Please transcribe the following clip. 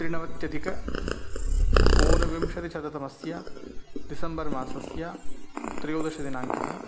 त्रिनवत्यधिक ऊनविंशतिशततमस्य डिसम्बर् मासस्य त्रयोदशदिनाङ्कः